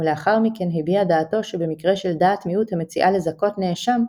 ולאחר מכן הביע דעתו שבמקרה של דעת מיעוט המציעה לזכות נאשם,